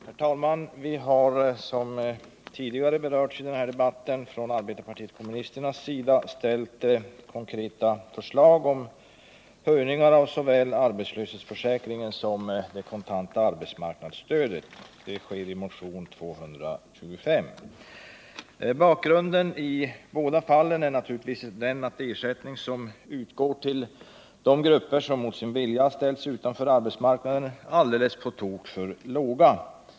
Herr talman! Vi har, som tidigare berörts i denna debatt, från arbetarpartiet kommunisternas sida ställt konkreta förslag om höjningar av såväl arbetslöshetsförsäkringen som det kontanta arbetsmarknadsstödet. Detta sker i motionen 2225. Bakgrunden är i båda fallen naturligtvis att den ersättning som utgår till de grupper som mot sin vilja ställs utanför arbetsmarknaden är alldeles på tok för låg.